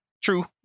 True